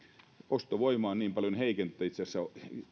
ostovoima on niin paljon heikentynyt tai itse asiassa